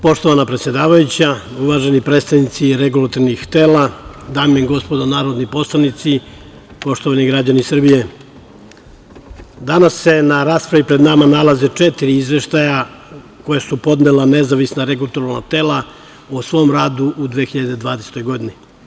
Poštovana predsedavajuća, uvaženi predstavnici regulatornih tela, dame i gospodo narodni poslanici, poštovani građani Srbije, danas se na raspravi pred nama nalaze četiri izveštaja koja su podnela nezavisna regulatorna tela o svom radu u 2020. godini.